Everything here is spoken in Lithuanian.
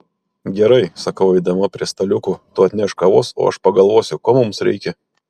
gerai sakau eidama prie staliukų tu atnešk kavos o aš pagalvosiu ko mums reikia